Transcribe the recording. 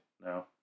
No